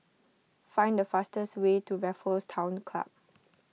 find the fastest way to Raffles Town Club